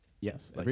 Yes